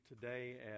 today